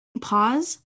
pause